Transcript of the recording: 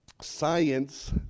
science